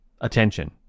attention